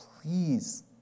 Please